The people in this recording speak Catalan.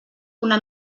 una